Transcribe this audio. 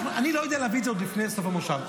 אני לא יודע להביא את זה עוד לפני סוף המושב,